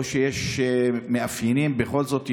או שיש מאפיינים בכל זאת,